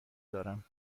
دارم